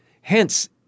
Hence